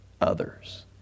others